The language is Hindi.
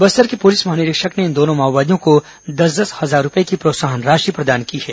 बस्तर के पुलिस महानिरीक्षक ने इन दोनों माओवादियों को दस दस हजार रूपये की प्रोत्साहन राशि प्रदान की है